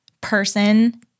person